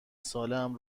سالهام